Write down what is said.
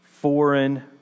Foreign